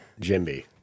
Jimby